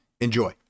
Enjoy